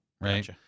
right